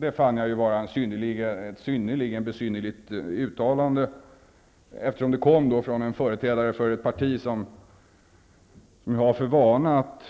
Det fann jag vara ett synnerligen besynnerligt uttalande, eftersom det kom från en företrädare för ett parti som har för vana att